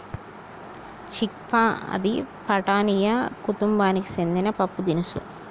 చిక్ పా అంది ఫాటాసియా కుతుంబానికి సెందిన పప్పుదినుసు